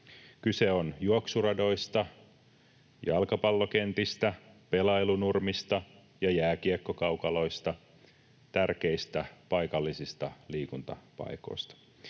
Kyse on juoksuradoista, jalkapallokentistä, pelailunurmista ja jääkiekkokaukaloista, tärkeistä paikallisista liikuntapaikoista.